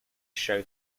show